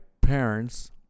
parents